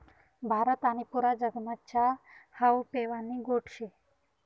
भारत आणि पुरा जगमा च्या हावू पेवानी गोट शे